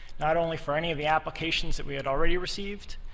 not only for any of the applications that we had already received,